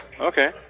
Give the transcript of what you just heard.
Okay